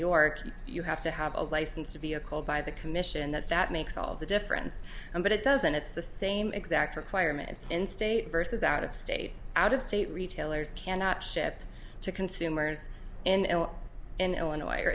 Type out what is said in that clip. york you have to have a license to be a called by the commission that that makes all the difference but it doesn't it's the same exact requirements in state versus out of state out of state retailers cannot ship to consumers in il in illinois or